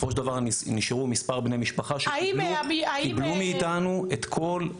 בסופו של דבר נשארו מספר בני משפחה שקיבלו מאיתנו את כל פרטי האירוע.